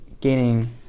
gaining